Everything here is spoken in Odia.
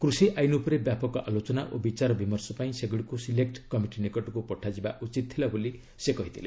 କୃଷି ଆଇନ ଉପରେ ବ୍ୟାପକ ଆଲୋଚନା ଓ ବିଚାର ବିମର୍ଶ ପାଇଁ ସେଗୁଡ଼ିକୁ ସିଲେକ୍ଟ କମିଟି ନିକଟକୁ ପଠାଯିବା ଉଚିତ ଥିଲା ବୋଲି ମଧ୍ୟ ସେ କହିଥିଲେ